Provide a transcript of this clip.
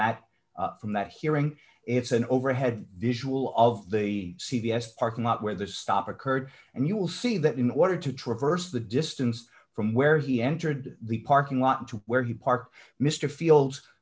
that from that hearing it's an overhead visual of the c v s parking lot where the stop occurred and you will see that in order to traverse the distance from where he entered the parking lot to where he parked mr field